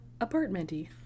apartment-y